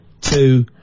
two